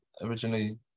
originally